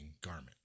garment